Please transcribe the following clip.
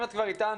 אם את כבר איתנו,